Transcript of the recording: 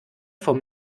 vom